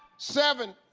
seven